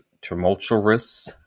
tumultuous